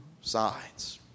sides